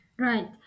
Right